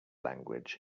language